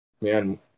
man